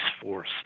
Force